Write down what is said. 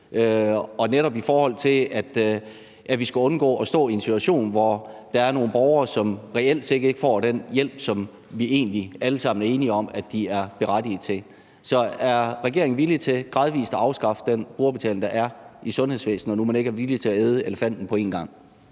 og netop i forhold til at vi skal undgå at stå i en situation, hvor der er nogle borgere, som reelt ikke får den hjælp, som vi egentlig alle sammen er enige om at de berettiget til. Så er regeringen villig til gradvis at afskaffe den brugerbetaling, der er i sundhedsvæsenet, når nu man ikke er villig til at æde elefanten på én gang?